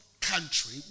country